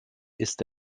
ist